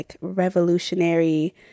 revolutionary